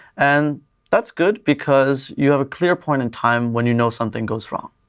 and that's good because you have a clear point in time when you know something goes wrong.